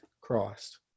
Christ